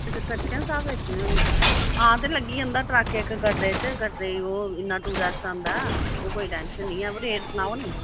अच्छा ट्रकै स्हाबें बेचने होन्ने आं ते लग्गी जंदा ट्रक इक कटरे च कटरे ओह् इन्ना टूरिस्ट आंदा ओह कोई टेंशन नेईं ऐ तुस रेट सनाओ नी